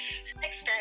experience